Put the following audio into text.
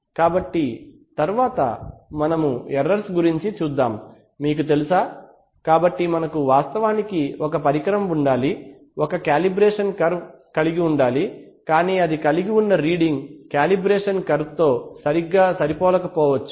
కాబట్టి తరువాత మనము ఎర్రర్స్ గురించి చూద్దాం మీకు తెలుసా కాబట్టి మనకు వాస్తవానికి ఒక పరికరం ఉండాలి ఒక కాలిబ్రేషన్ కర్వ్ కలిగి ఉండాలి కాని అది కలిగి ఉన్న రీడింగ్ కాలిబ్రేషన్ కర్వ్ తో సరిగ్గా సరిపోలకపోవచ్చు